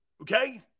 Okay